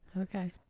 Okay